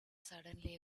suddenly